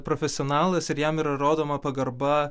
profesionalas ir jam yra rodoma pagarba